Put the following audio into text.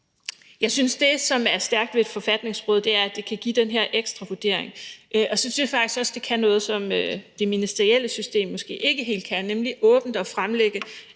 Jeg synes, at det, der er stærkt ved et forfatningsråd, er, at det kan give den her ekstra vurdering. Og der synes jeg faktisk også, at det kan give noget, som det ministerielle system måske ikke helt kan, nemlig åbent at fremlægge